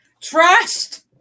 trust